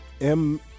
M-